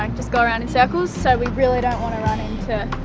um just go around in circles, so we really don't wanna run into